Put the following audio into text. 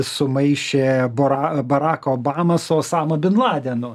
sumaišė bora barak obamą su osama bin ladenu